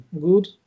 good